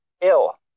ill